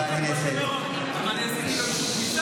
די כבר עם,